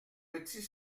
petit